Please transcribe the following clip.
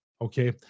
Okay